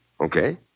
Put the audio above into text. Okay